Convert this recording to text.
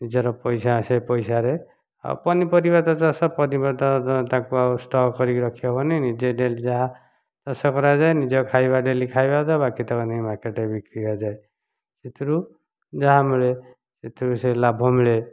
ନିଜର ପଇସା ଆସେ ପଇସାରେ ଆଉ ପନିପରିବା ତ ଚାଷ ତାକୁ ଆଉ ଷ୍ଟକ୍ କରିକି ରଖିହେବନି ନିଜେ ଡେଲି ଯାହା ଚାଷ କରାଯାଏ ନିଜ ଖାଇବା ଡେଲି ଖାଇବା ଦେବା ବାକିତକ ନେଇ ମାର୍କେଟ୍ରେ ବିକ୍ରି କରାଯାଏ ସେଥିରୁ ଯାହାମିଳେ ସେଥିରୁ ସେ ଲାଭ ମିଳେ